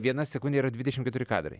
viena sekundė yra dvidešim keturi kadrai